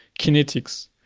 kinetics